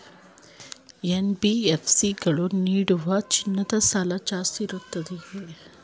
NBFC ಗಳು ನೀಡುವ ಚಿನ್ನದ ಸಾಲ ಜಾಸ್ತಿ ಇರುತ್ತದೆಯೇ?